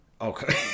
Okay